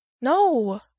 No